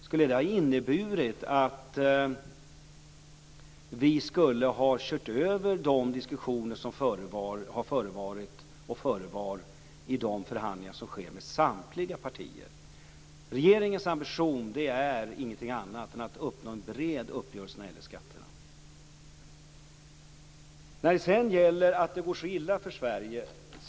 Skulle vi ha kört över resultatet av förhandlingarna med samtliga partier? Regeringens ambition är att nå en bred uppgörelse om skatterna. Kent Olsson talar om att det går så illa för Sverige.